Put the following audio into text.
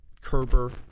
Kerber